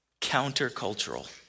countercultural